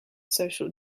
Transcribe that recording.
social